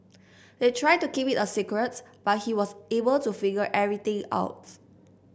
they tried to keep it a secrets but he was able to figure everything out